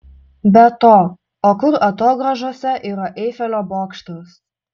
be to o kur atogrąžose yra eifelio bokštas